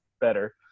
better